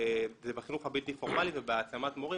זה בחינוך הבלתי-פורמלי ובהעצמת מורים.